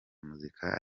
muzika